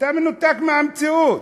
אתה מנותק מהמציאות.